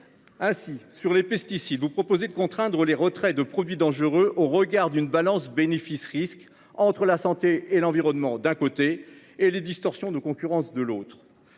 Ainsi sur les pesticides. Vous proposez de contraindre les retraits de produits dangereux au regard d'une balance bénéfice-risque entre la santé et l'environnement. D'un côté et les distorsions de concurrence de l'autre.